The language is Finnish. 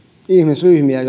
ihmisryhmiä